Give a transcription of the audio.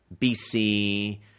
BC